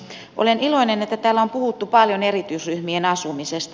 olen iloinen että täällä on puhuttu paljon erityisryhmien asumisesta